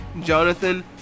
Jonathan